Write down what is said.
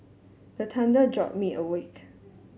the thunder jolt me awake